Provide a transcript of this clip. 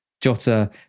Jota